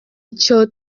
icyo